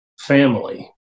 family